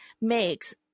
makes